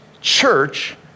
church